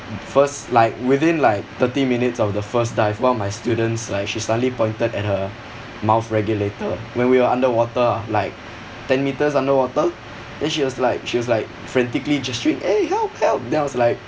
first like within like thirty minutes of the first dive one of my students like she suddenly pointed at her mouth regulator when we were underwater like ten meters underwater then she was like she was like frantically gesturing eh help help then I was like